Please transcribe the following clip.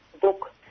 book